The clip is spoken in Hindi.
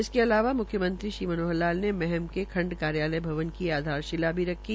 इसके अतिरिक्त मुख्यमंत्री श्री मनोहर लाल ने महम के खंड कार्यालय भवन की आधारशिला भी रखी